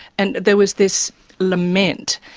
and there was this lament,